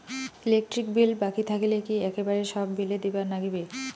Electric bill বাকি থাকিলে কি একেবারে সব বিলে দিবার নাগিবে?